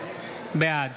בעד